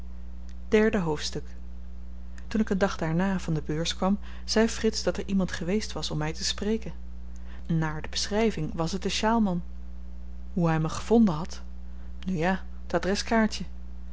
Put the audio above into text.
derde hoofdstuk toen ik een dag daarna van de beurs kwam zei frits dat er iemand geweest was om my te spreken naar de beschryving was het de sjaalman hoe hy me gevonden had nu ja t adreskaartje